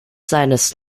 seines